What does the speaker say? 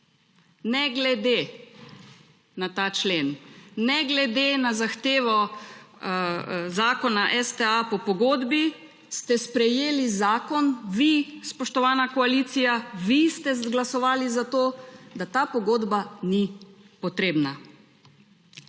Ne glede na ta člen, ne glede na zahtevo Zakona STA po pogodbi ste sprejeli zakon, vi, spoštovana koalicija, vi ste glasovali za to, da ta pogodba ni potrebna.